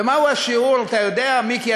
ומהו השיעור אתה יודע, מיקי?